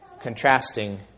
contrasting